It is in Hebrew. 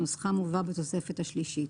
שנוסחה מובא בתוספת ה השלישית,